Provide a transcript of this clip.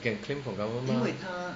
can claim from government mah